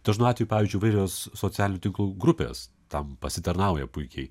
dažnu atveju pavyzdžiui įvairios socialinių tinklų grupės tam pasitarnauja puikiai